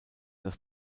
das